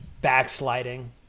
backsliding